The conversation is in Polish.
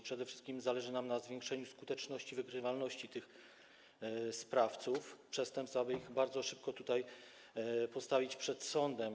Przede wszystkim zależy nam na zwiększeniu skuteczności wykrywalności sprawców tych przestępstw, aby ich bardzo szybko postawić przed sądem.